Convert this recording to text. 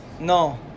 No